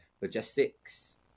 logistics